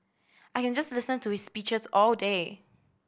I can just listen to his speeches all day